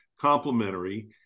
complementary